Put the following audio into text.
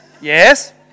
Yes